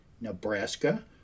Nebraska